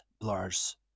blurs